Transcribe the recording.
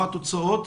מה התוצאות?